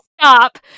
stop